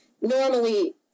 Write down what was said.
normally